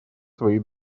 свои